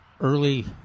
early